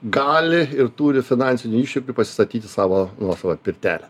gali ir turi finansinių išteklių pasistatyti savo nuosavą pirtelę